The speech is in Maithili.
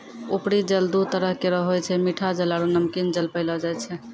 उपरी जल दू तरह केरो होय छै मीठा जल आरु नमकीन जल पैलो जाय छै